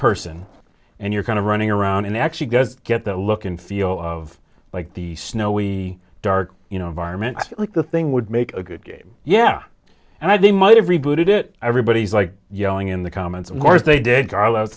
person and you're kind of running around and actually go get that look and feel of like the snow we dark you know environment like the thing would make a good game yeah and i they might have rebooted it everybody's like yelling in the comments of course they did carl